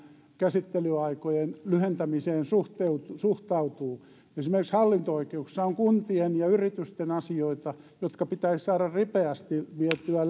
käsittelyaikojen lyhentämiseen suhtautuu suhtautuu esimerkiksi hallinto oikeuksissa on kuntien ja yritysten asioita jotka pitäisi saada ripeästi vietyä